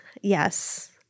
Yes